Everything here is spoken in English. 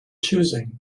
choosing